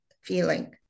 feeling